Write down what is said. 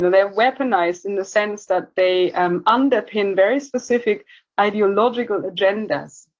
they're weaponized in the sense that they um underpin very specific ideological agendas